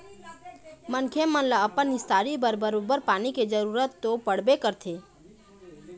मनखे मन ल अपन निस्तारी बर बरोबर पानी के जरुरत तो पड़बे करथे